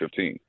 2015